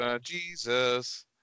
Jesus